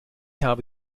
habe